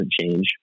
change